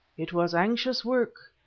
it was anxious work,